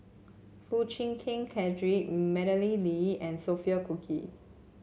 Foo Chee Keng Cedric Madeleine Lee and Sophia Cooke